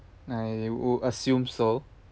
I would assume so